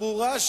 ברורה,